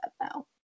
now